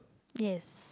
yes